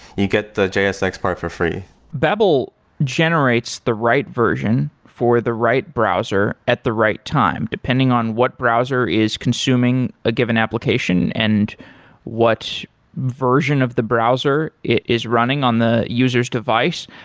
you get the jsx part for free babel generates the right version for the right browser at the right time, depending on what browser is consuming a given application and what version of the browser is running on the user's device.